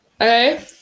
Okay